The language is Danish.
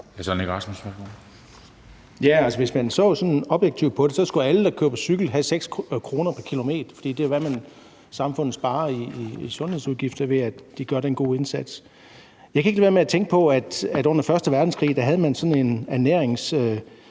Hvis man så sådan objektivt på det, skulle alle, der kører på cykel, have 6 kr. pr. kilometer, for det er, hvad samfundet sparer i sundhedsudgifter, ved at de gør den gode indsats. Jeg kan ikke lade være med at tænke på, at man under første verdenskrig havde sådan en ernæringsekspert